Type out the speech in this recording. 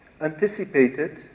anticipated